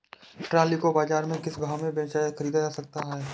Trolley को बाजार से किस भाव में ख़रीदा जा सकता है?